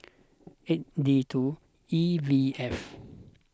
eight D two E V F